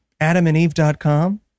adamandeve.com